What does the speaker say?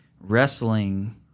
wrestling